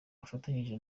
bafatanyije